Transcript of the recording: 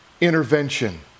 intervention